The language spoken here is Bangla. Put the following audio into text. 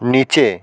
নিচে